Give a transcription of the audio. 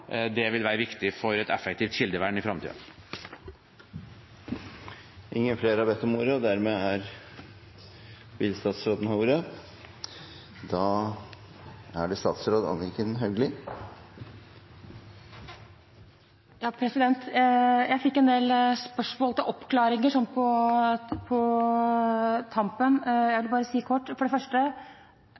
Det vil være viktig for et effektivt kildevern i framtid. Jeg fikk en del spørsmål til oppklaringer på tampen. Jeg vil bare si kort, for det første: